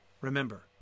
remember